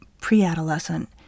pre-adolescent